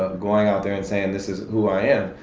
going out there and saying this is who i am.